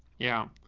yeah.